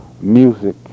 Music